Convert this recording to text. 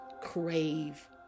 crave